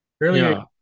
Earlier